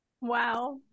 Wow